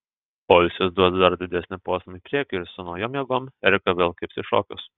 poilsis duos dar didesnį postūmį į priekį ir su naujom jėgom erika vėl kibs į šokius